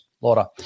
Laura